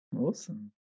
awesome